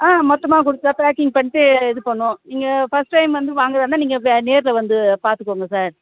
ஆ மொத்தமாக கொடுத்தா பேக்கிங் பண்ணிட்டு இது பண்ணுவோம் நீங்கள் ஃபஸ்ட் டைம் வந்து வாங்கிறதா இருந்தால் நீங்கள் நேரில் வந்து பார்த்துக்கோங்க சார்